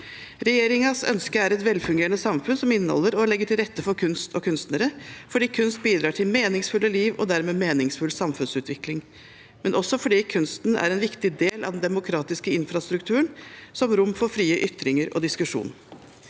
Regjeringens ønske er et velfungerende samfunn som inneholder og legger til rette for kunst og kunstnere. Det er fordi kunst bidrar til meningsfulle liv og dermed meningsfull samfunnsutvikling, men også fordi kunsten er en viktig del av den demokratiske infrastrukturen, som rom for frie ytringer og diskusjon.